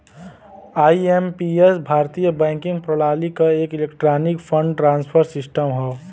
IMPS भारतीय banking प्रणाली क एक इलेक्ट्रॉनिक फंड ट्रांसफर सिस्टम हौ